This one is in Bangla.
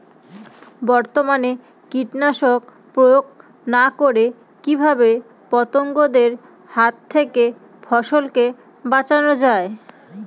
বর্তমানে কীটনাশক প্রয়োগ না করে কিভাবে পতঙ্গদের হাত থেকে ফসলকে বাঁচানো যায়?